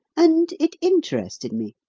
and it interested me.